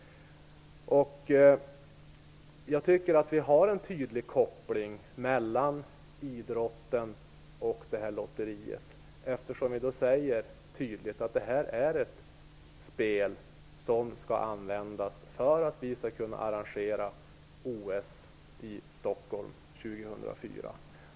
Jag tycker att det finns en tydlig koppling mellan idrotten och lotteriet. Det sägs ju tydligt att detta spel skall användas för att vi skall kunna arrangera OS i Stockholm år 2004.